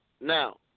Now